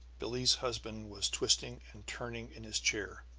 billie's husband was twisting and turning in his chair,